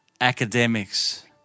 academics